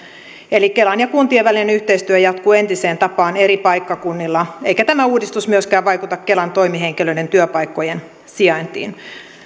eli kelan ja kuntien välinen yhteistyö jatkuu entiseen tapaan eri paikkakunnilla eikä tämä uudistus myöskään vaikuta kelan toimihenkilöiden työpaikkojen sijaintiin